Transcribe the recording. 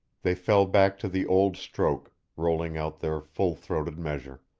they fell back to the old stroke, rolling out their full-throated measure.